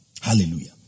Hallelujah